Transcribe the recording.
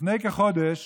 לפני כחודש